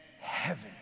Heaven